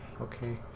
okay